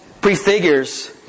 prefigures